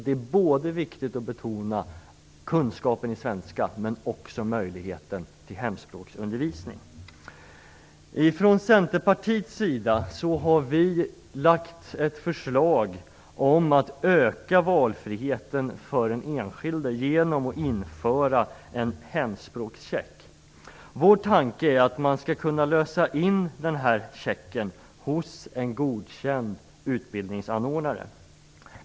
Det är viktigt att betona såväl betydelsen av kunskap i svenska som möjligheten till hemspråksundervisning. Centerpartiet har lagt fram ett förslag om att öka valfriheten för den enskilde genom införandet av en hemspråkscheck. Vår tanke är att man skall kunna lösa in denna check hos en godkänd utbildningsanordnare.